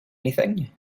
anything